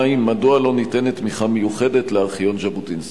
2. מדוע לא ניתנת תמיכה מיוחדת לארכיון ז'בוטינסקי?